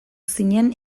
zinen